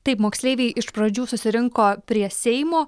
taip moksleiviai iš pradžių susirinko prie seimo